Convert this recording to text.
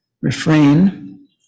refrain